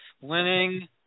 Winning –